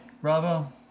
Bravo